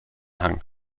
hang